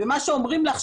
מה שאומרים לך,